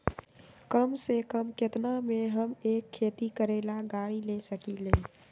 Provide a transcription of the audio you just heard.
कम से कम केतना में हम एक खेती करेला गाड़ी ले सकींले?